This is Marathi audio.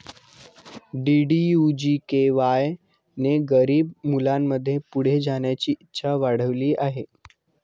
डी.डी.यू जी.के.वाय ने गरीब मुलांमध्ये पुढे जाण्याची इच्छा वाढविली आहे